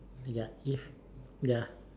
ya if ya